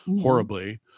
horribly